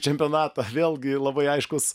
čempionatą vėlgi labai aiškus